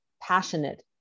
passionate